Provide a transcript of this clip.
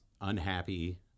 unhappy